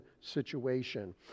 situation